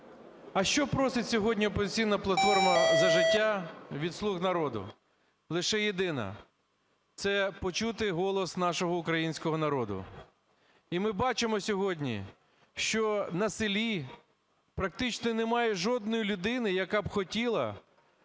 А що просить сьогодні "Опозиційна платформа - За життя" від "слуг народу"? Лише єдине – це почути голос нашого українського народу. І ми бачимо сьогодні, що на селі практично немає жодної людини, яка б хотіла